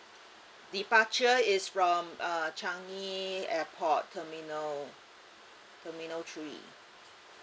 departure is from uh changi airport terminal terminal three